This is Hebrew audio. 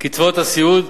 קצבאות הסיעוד,